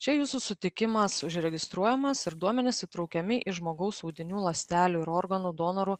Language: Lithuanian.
čia jūsų sutikimas užregistruojamas ir duomenys įtraukiami į žmogaus audinių ląstelių ir organų donorų